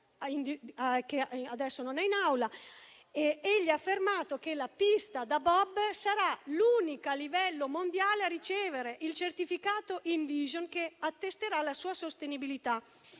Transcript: che adesso non è in Aula, ha affermato che la pista da bob sarà l'unica, a livello mondiale, a ricevere il certificato Envision, che attesterà la sua sostenibilità.